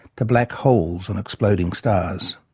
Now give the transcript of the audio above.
to black holes and exploding stars.